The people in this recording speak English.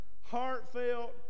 heartfelt